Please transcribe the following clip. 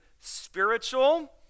spiritual